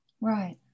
Right